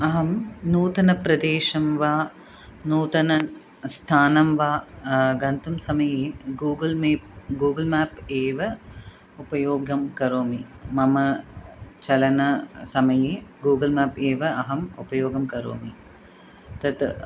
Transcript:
अहं नूतनप्रदेशं वा नूतनस्थानं वा गन्तुं समये गूगल् मीट् गूगल् माप् एव उपयोगं करोमि मम चलनसमये गूगल् माप् एव अहम् उपयोगं करोमि तत्